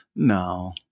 No